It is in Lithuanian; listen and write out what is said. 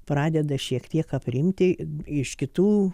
pradeda šiek tiek aprimti iš kitų